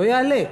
לא יעלה,